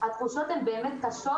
והתחושות הן באמת קשות.